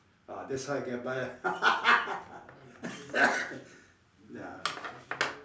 ah that's how I get by lah ya